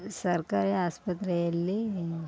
ಸರ್ಕಾರಿ ಆಸ್ಪತ್ರೆಯಲ್ಲಿ